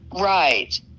Right